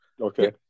Okay